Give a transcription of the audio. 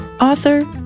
author